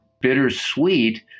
bittersweet